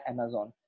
Amazon